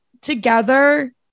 together